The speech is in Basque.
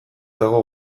dago